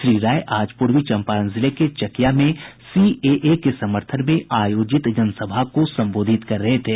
श्री राय आज पूर्वी चम्पारण जिले के चकिया में सीएए के समर्थन में आयोजित जनसभा को संबोधित कर रहे थे